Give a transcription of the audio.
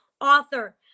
author